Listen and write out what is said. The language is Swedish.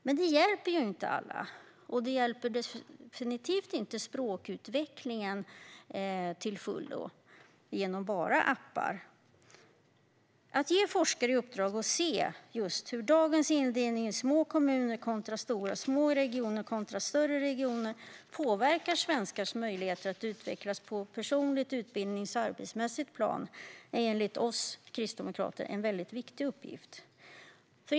Men det hjälper inte alla, och det hjälper definitivt inte språkutvecklingen till fullo genom att man bara har appar. Att ge forskare i uppdrag att se hur dagens indelning i små kommuner kontra stora kommuner och små regioner kontra större regioner påverkar svenskars möjligheter att utvecklas på ett personligt, utbildningsmässigt och arbetsmässigt plan är enligt oss kristdemokrater en mycket viktig uppgift.